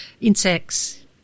insects